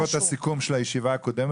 יש לי פה את הסיכום של הישיבה הקודמת,